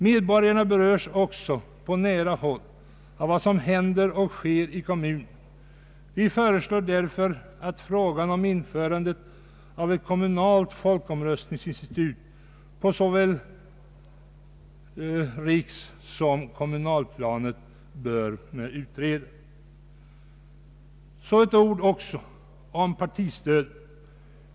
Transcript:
Medborgarna berörs också på nära håll av vad som händer och sker i kommunerna. Vi föreslår därför att man utreder frågan om införande av ett folkomröstningsinstitut på såväl riksplanet som kommunalplanet. Så ett ord också om partistödet.